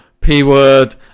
P-Word